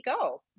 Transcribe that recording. go